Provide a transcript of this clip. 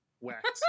wax